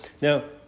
Now